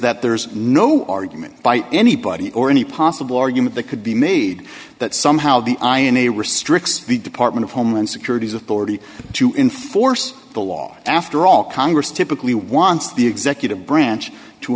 that there's no argument by anybody or any possible argument that could be made that somehow the ion a restricts the department of homeland security's authority to enforce the law after all congress typically wants the executive branch to